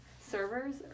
servers